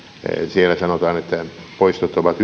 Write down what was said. siellä sanotaan että poistot ovat